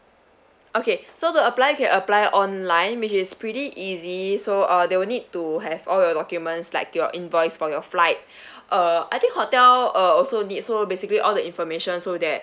okay so to apply you can apply online which is pretty easy so uh they will need to have all your documents like your invoice for your flight uh I think hotel uh also need so basically all the information so that